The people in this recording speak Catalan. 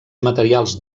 materials